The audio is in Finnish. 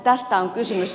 tästä on kysymys